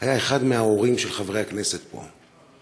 היה אחד מההורים של חברי הכנסת פה,